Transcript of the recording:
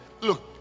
look